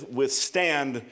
withstand